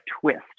twist